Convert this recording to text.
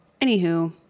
anywho